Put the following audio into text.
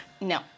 No